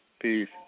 Peace